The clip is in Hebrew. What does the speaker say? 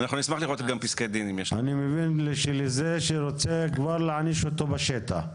אני מבין שלזה שרוצה להעניש אותו כבר בשטח.